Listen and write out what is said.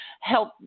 help